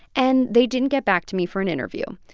and they didn't get back to me for an interview.